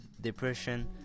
Depression